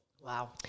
Wow